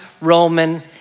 Roman